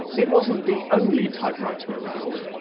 it wasn't the only typewriter around.